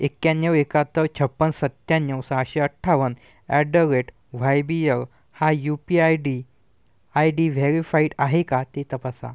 एक्याण्णव एकाहत्तर छप्पन्न सत्त्याण्णव सहाशे अठ्ठावन्न at the rate Y B L हा U P ID ID verified आहे का ते तपासा